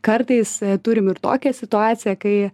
kartais turim ir tokią situaciją kai